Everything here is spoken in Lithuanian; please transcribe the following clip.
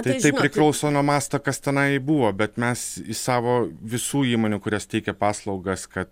tai priklauso nuo masto kas tenai buvo bet mes į savo visų įmonių kurias teikia paslaugas kad